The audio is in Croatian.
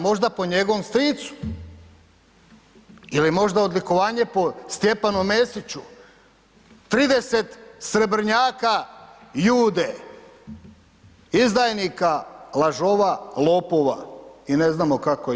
Možda po njegovom stricu ili možda odlikovanje po Stjepanu Mesiću, 30 srebrnjaka Jude, izdajnika, lažova, lopova i ne znamo kako još.